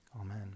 Amen